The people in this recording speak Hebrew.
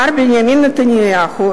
מר בנימין נתניהו,